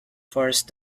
forced